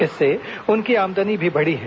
इससे उनकी आमदनी भी बढ़ी है